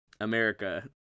America